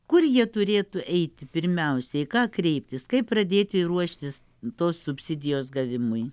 kur jie turėtų eiti pirmiausia į ką kreiptis kaip pradėti ruoštis tos subsidijos gavimui